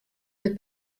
dit